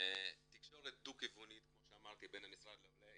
תקשורת דו כיוונית בין המשרד לעולה,